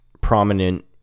prominent